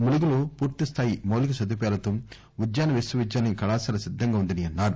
ములుగులో పూర్తిస్థాయి మౌలిక సదుపాయాలతో ఉద్యాన విశ్వవిద్యాలయ కళాశాల సిద్గంగా వుందన్పారు